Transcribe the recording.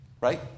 Right